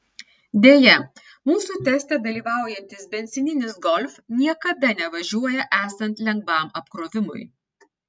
deja mūsų teste dalyvaujantis benzininis golf niekada nevažiuoja esant lengvam apkrovimui